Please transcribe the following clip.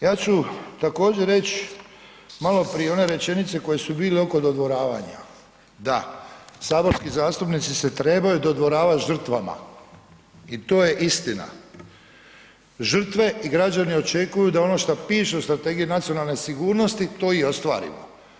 Ja ću također reći maloprije one rečenice koje su bile oko dodvoravanja, da saborski zastupnici se trebaju dodvoravati žrtvama i to je istina, žrtve i građani očekuju da ono šta piše u Strategiji nacionalne sigurnosti to i ostvarimo.